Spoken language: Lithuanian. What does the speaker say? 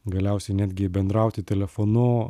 galiausiai netgi bendrauti telefonu